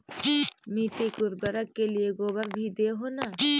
मिट्टी के उर्बरक के लिये गोबर भी दे हो न?